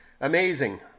amazing